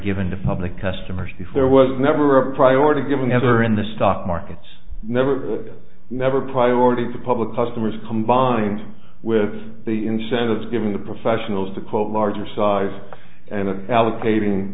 given to public customers if there was never a priority given the other in the stock markets never it never priority to public customers combined with the incentives given the professionals to quote larger size and it allocating